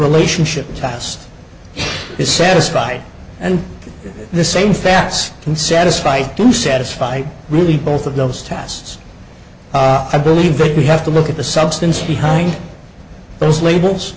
relationship status is satisfied and the same facts and satisfied to satisfy really both of those tests i believe that we have to look at the substance behind those labels